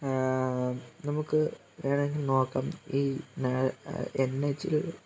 നമുക്ക് വേണമെങ്കിൽ നോക്കാം ഈ എൻ എച്ചിൽ